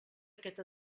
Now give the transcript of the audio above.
aquest